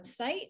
website